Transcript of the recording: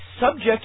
subject